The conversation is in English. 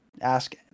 ask